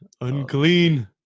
Unclean